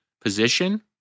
position